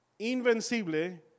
invencible